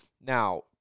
Now